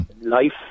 life